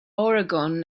oregon